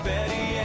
Betty